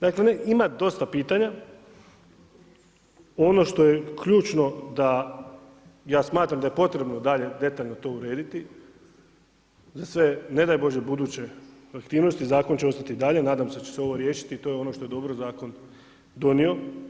Dakle ima dosta pitanja, ono što je ključno da ja smatram da je potrebno dalje detaljno to urediti za sve ne daj Bože buduće aktivnosti, zakon će ostati dalje, nadam se da će se ovo riješiti i to je ono što je dobro zakon donio.